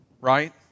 right